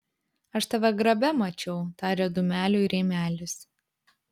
aš tave grabe mačiau tarė dūmeliui rėmelis